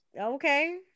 Okay